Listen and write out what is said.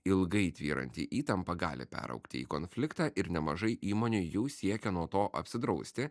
ilgai tvyranti įtampa gali peraugti į konfliktą ir nemažai įmonių jau siekia nuo to apsidrausti